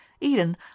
Eden